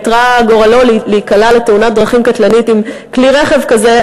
איתרע גורלו להיקלע לתאונת דרכים קטלנית עם כלי רכב כזה,